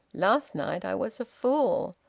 last night i was a fool.